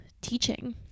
teaching